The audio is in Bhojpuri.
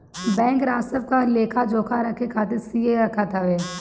बैंक राजस्व क लेखा जोखा रखे खातिर सीए रखत हवे